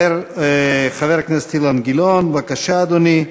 חבר הכנסת אילן גילאון, בבקשה, אדוני.